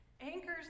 anchors